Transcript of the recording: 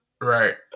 Right